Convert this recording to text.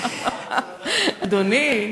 אדוני.